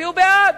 הצביעו בעד.